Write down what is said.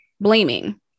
Blaming